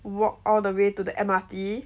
walk all the way to the M_R_T